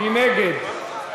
מי נגד?